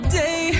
day